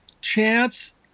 chance